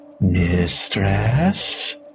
Mistress